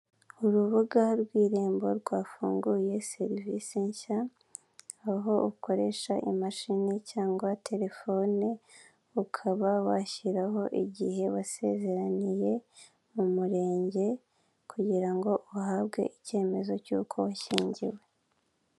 Urubuga rw'Irembo rwafunguye serivise nshya, aho ukoresha imashini cyangwa telefone ukaba washyiraho igihe wasezeraniye mu murenge kugira ngo uhabwe icyemezo cy'uko washyingiwe.